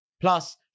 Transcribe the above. Plus